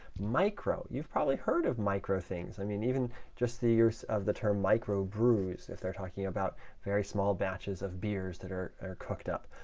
micro you've probably heard of micro things. i mean even just the use of the term microbreweries if they're talking about very small batches of beers that are cooked up.